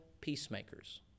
peacemakers